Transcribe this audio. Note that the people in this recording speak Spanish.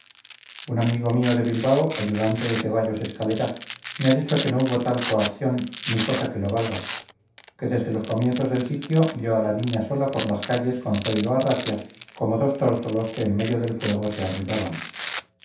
un amigo mío de bilbao ayudante de ceballos escalera me ha dicho que no hubo tal coacción ni cosa que lo valga que desde los comienzos del sitio vio a la niña sola por las calles con zoilo arratia como dos tórtolos que en medio del fuego se arrullaban